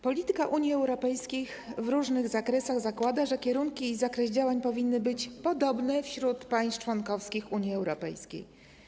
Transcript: Polityka Unii Europejskiej w różnych zakresach zakłada, że kierunki i zakres działań powinny być podobne w państwach członkowskich Unii Europejskiej.